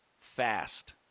Fast